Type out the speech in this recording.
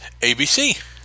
abc